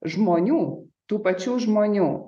žmonių tų pačių žmonių